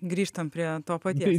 grįžtam prie to paties